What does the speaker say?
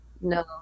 No